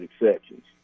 exceptions